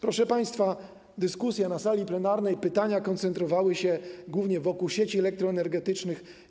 Proszę państwa, dyskusja na sali plenarnej, pytania koncentrowały się głównie wokół sieci elektroenergetycznych.